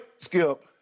Skip